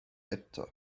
eto